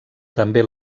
també